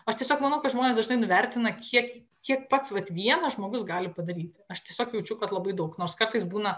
aš tiesiog manau kad žmonės dažnai nuvertina kiek kiek pats vat vienas žmogus gali padaryti aš tiesiog jaučiu kad labai daug nors kartais būna